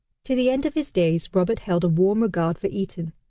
to the end of his days, roberts held a warm regard for eton.